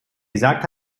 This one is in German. gesagt